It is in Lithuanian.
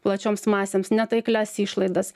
plačioms masėms netaiklias išlaidas